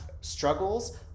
struggles